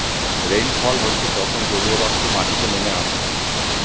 rainfall হচ্ছে যখন জলীয়বাষ্প মাটিতে নেমে আসে